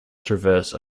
traverse